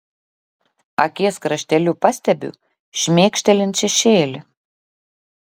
akies krašteliu pastebiu šmėkštelint šešėlį